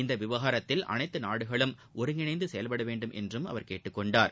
இந்த விவகாரத்தில் அனைத்து நாடுகளும் ஒருங்கிணைந்து செயல்பட வேண்டும் என்றம் அவர் கேட்டுக் கொண்டார்